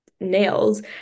nails